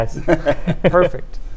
Perfect